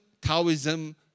Taoism